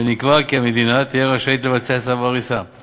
ונקבע כי המדינה תהיה רשאית לבצע צו הריסה זה.